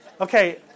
Okay